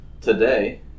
today